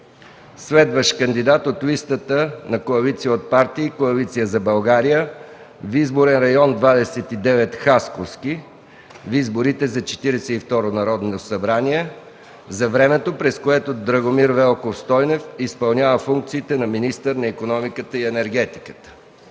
следващ кандидат от листата на КП „Коалиция за България” в изборен район 29. Хасковски в изборите за Четиридесет и второ Народно събрание, за времето, през което Драгомир Велков Стойнев изпълнява функциите на министър на икономиката и енергетиката.